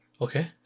Okay